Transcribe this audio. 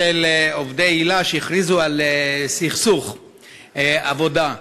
עובדי היל"ה שהכריזו על סכסוך עבודה,